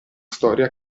storia